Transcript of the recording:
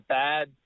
bad